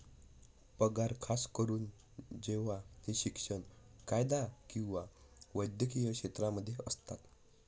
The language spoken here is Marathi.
पगार खास करून जेव्हा ते शिक्षण, कायदा किंवा वैद्यकीय क्षेत्रांमध्ये असतात